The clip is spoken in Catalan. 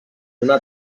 una